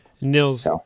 Nils